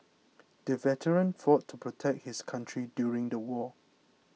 the veteran fought to protect his country during the war